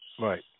right